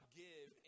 give